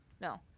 No